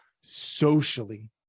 Socially